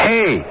Hey